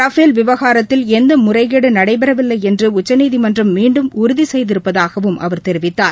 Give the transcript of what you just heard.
Rafale விவகாரத்தில் எந்த முறைகேடு நடைபெறவில்லை என்று உச்சநீதிமன்றம் மீன்டும் உறுதி செய்திருப்பதாகவும் அவர் தெரிவித்தார்